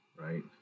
right